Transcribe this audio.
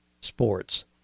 sports